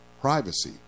privacy